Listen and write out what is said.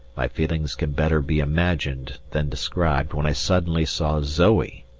my feelings can better be imagined than described when i suddenly saw zoe,